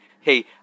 hey